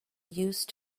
used